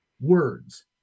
words